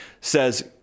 says